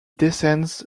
descends